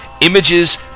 Images